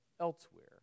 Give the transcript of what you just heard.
elsewhere